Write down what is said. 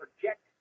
project